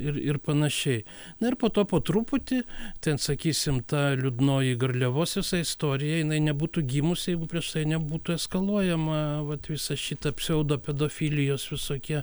ir ir panašiai na ir po to po truputį ten sakysim ta liūdnoji garliavos visa istorija jinai nebūtų gimusi jeigu prieš tai nebūtų eskaluojama vat visa šita pseudo pedofilijos visokie